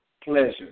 pleasure